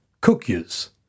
cookies